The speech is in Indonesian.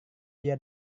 dia